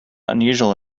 unusual